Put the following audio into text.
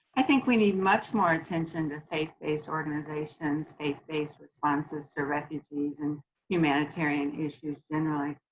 i think we need much more attention to faith based organizations, faith based responses to refugees and humanitarian issues generally,